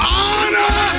honor